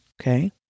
Okay